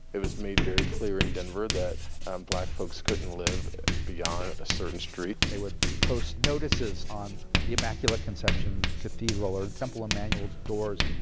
it was made very clear in denver that black folks couldn't live beyond a certain street. they would post notices on the immaculate conception cathedral or temple emmanuel's doors,